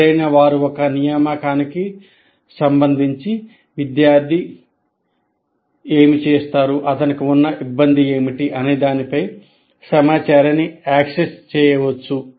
ఎప్పుడైనా వారు ఒక నియామకానికి సంబంధించి విద్యార్థి ఏమి చేసారు అతనికి ఉన్న ఇబ్బంది ఏమిటి అనే దానిపై సమాచారాన్ని యాక్సెస్ చేయవచ్చు